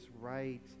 right